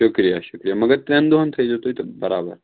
شُکرِیہ شُکرِیہ مگر ترٛٮ۪ن دۄہَن تھٲیوزیو تُہۍ تہٕ بَرابَر